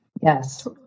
Yes